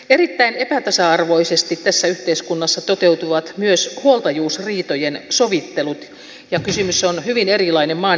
erittäin epätasa arvoisesti tässä yhteiskunnassa toteutuvat myös huoltajuusriitojen sovittelut ja kysymys on hyvin erilainen maan eri osissa